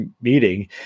meeting